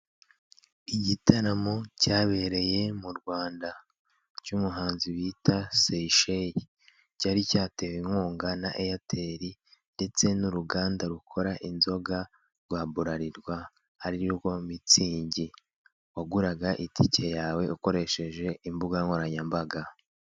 Igitaramo cyabereye mu Rwanda cy'umuhanzi bita seyi shay- cyari cyatewe inkunga na eyateri ndetse n'uruganda rukora inzoga rwa buralirwa arirwo mitsingi waguraga itike yawe ukoresheje imbuga nkoranyambaga.